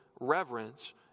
reverence